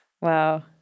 Wow